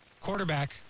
quarterback